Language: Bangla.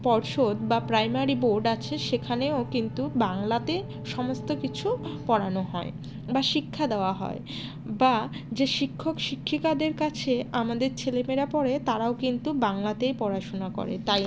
পর্ষদ বা প্রাইমারি বোর্ড আছে সেখানেও কিন্তু বাংলাতে সমস্ত কিছু পড়ানো হয় বা শিক্ষা দেওয়া হয় বা যে শিক্ষক শিক্ষিকাদের কাছে আমাদের ছেলে মেয়েরা পড়ে তারাও কিন্তু বাংলাতেই পড়াশুনা করে তাই